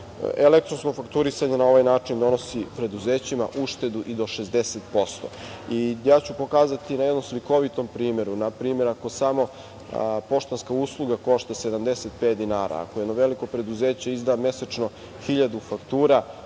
proceduru. Elektronsko fakturisanje na ovaj način donosi preduzećima uštedu i do 60%. Ja ću pokazati na jednom slikovitom primeru, npr. ako samo poštanska usluga košta 75 dinara, ako jedno veliko preduzeće izda mesečno hiljadu faktura,